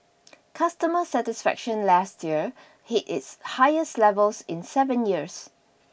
customer satisfaction last year hit its highest levels in seven years